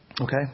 Okay